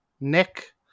Nick